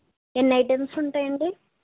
ఎన్ని ఐటెమ్స్ ఉంటాయండి